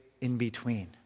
in-between